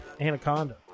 Anaconda